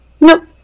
Nope